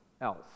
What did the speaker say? else